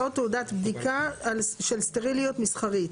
"או תעודת בדיקה של סטריליות מסחרית".